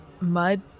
Mud